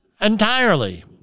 entirely